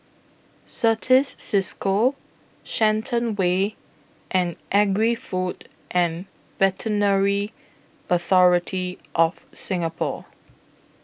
Certis CISCO Shenton Way and Agri Food and Veterinary Authority of Singapore